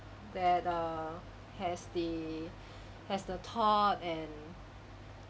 that err has the has the thought and